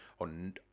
on